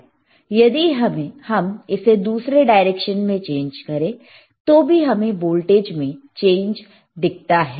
यदि हम इसे दूसरे डायरेक्शन में चेंज करें तो भी हमें वोल्टेज में चेंज दिखता है